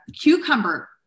cucumber